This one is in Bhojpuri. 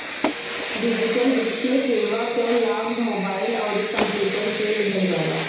डिजिटल वित्तीय सेवा कअ लाभ मोबाइल अउरी कंप्यूटर से लिहल जाला